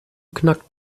knackt